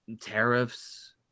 tariffs